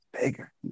bigger